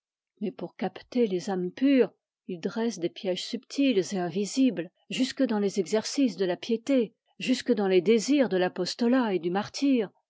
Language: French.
mais pour capter les âmes pures il dresse des pièges subtils et invisibles jusque dans les exercices de la piété jusque dans les désirs de l'apostolat et du martyre